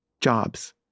jobs